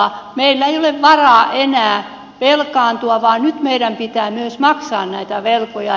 meillä ei ole varaa enää velkaantua vaan nyt meidän pitää myös maksaa näitä velkoja